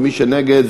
ומי שנגד,